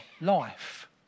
life